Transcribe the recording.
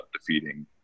defeating